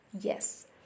yes